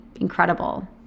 incredible